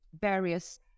various